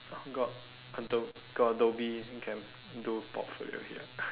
got until got adobe can do portfolio already [what]